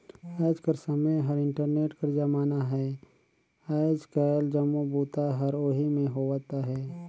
आएज कर समें हर इंटरनेट कर जमाना हवे आएज काएल जम्मो बूता हर ओही में होवत अहे